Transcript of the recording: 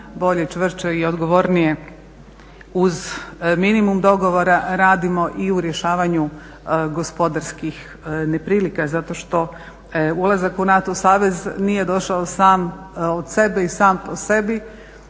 bolje, čvršće i odgovornije uz minimum dogovora radimo i u rješavanju gospodarskih neprilika zato što ulazak u NATO savez nije došao sam od sebe i sam po sebi